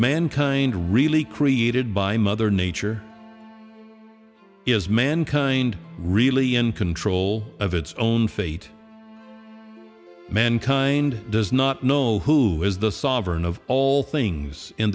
mankind really created by mother nature is mankind really in control of its own fate mankind does not know who is the sovereign of all things in